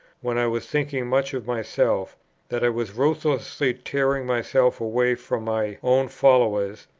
when i was thinking much of myself that i was ruthlessly tearing myself away from my own followers,